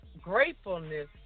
gratefulness